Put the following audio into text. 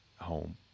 home